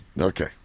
Okay